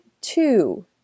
two